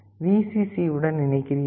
C உடன் இணைக்கிறீர்கள்